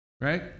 Right